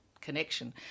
Connection